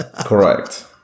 Correct